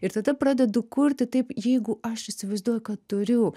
ir tada pradedu kurti taip jeigu aš įsivaizduoju kad turiu